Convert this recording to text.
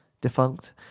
defunct